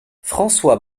françois